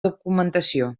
documentació